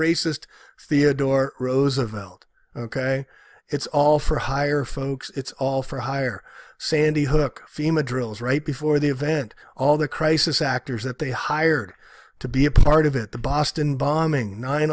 racist theodore roosevelt ok it's all for hire folks it's all for hire sandy hook fema drills right before the event all the crisis actors that they hired to be a part of it the boston bombing nine